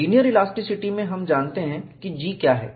linear elasticity में हम जानते हैं कि G क्या है